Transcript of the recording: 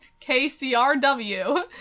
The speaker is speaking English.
KCRW